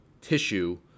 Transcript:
tissue